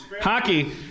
Hockey